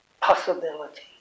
possibility